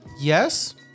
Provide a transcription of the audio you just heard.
Yes